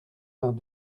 vingt